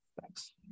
Thanks